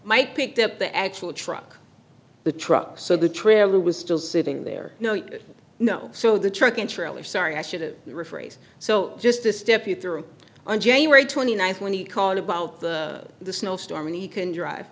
might picked up the actual truck the truck so the trailer was still sitting there no you know so the truck and trailer sorry i should rephrase so just to step you through on january twenty ninth when he called about the snowstorm and he can drive